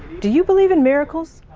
do you believe in miracles?